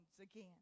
again